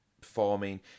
performing